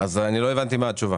אני לא הבנתי מה התשובה.